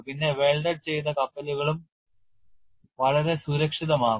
പിന്നെ welded ചെയ്ത കപ്പലുകളും വളരെ സുരക്ഷിതമാകും